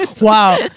Wow